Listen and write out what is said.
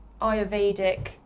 Ayurvedic